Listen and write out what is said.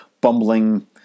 bumbling